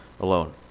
alone